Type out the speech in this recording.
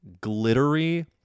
glittery